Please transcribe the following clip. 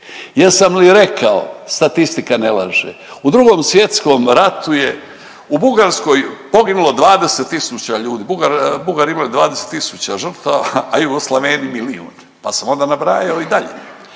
jesam li rekao statistika ne laže. U Drugom svjetskom ratu je u Bugarskoj poginulo 20 tisuća ljudi, Bugari imali 20 tisuća žrtava, ja Jugoslaveni milijun, pa sam onda nabrajao i dalje,